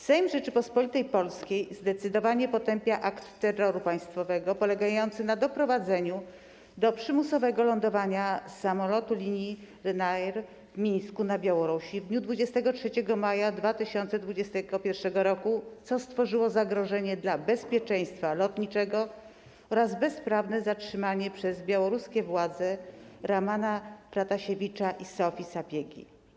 Sejm Rzeczypospolitej Polskiej, zdecydowanie potępia akt terroru państwowego polegający na doprowadzeniu do przymusowego lądowania samolotu linii Ryanair w Mińsku na Białorusi w dniu 23 maja 2021 r., co stworzyło zagrożenie dla bezpieczeństwa lotniczego oraz bezprawne zatrzymanie przez białoruskie władze Ramana Pratasiewicza i Sofii Sapiegi.